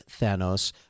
Thanos